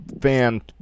fan